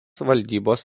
valdybos